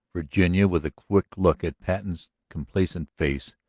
virginia, with a quick look at patten's complacent face,